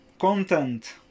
content